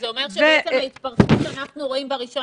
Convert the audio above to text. זה אומר שבעצם ההתפרצות שאנחנו רואים שלפתיחה ב-1